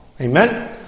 Amen